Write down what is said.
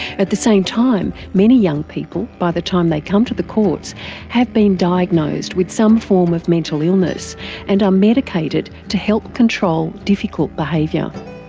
at the same time, many young people by the time they come to the courts have been diagnosed with some form of mental illness and are medicated to help control difficult behaviour.